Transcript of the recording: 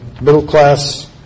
middle-class